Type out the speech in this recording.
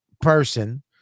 person